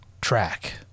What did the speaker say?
track